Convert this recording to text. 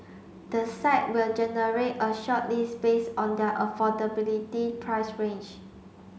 the site will generate a shortlist based on their affordability price range